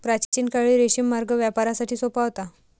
प्राचीन काळी रेशीम मार्ग व्यापारासाठी सोपा होता